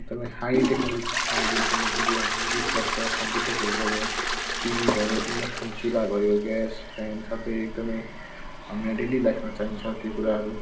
एकदमै high technology छ अहिले एकदमै डेली हामी युज गर्छ कम्प्युटरहरू भयो टिभी भयो इन्डक्सन चुला भयो ग्यास सबै एकदमै हाम्रो यो डेली लाइफमा चाहिन्छ त्यो कुराहरू